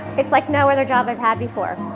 it's like no other job i've had before.